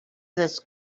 this